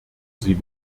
sie